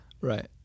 Right